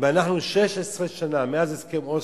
אם אנחנו 16 שנה, מאז הסכם אוסלו,